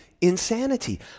insanity